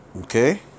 Okay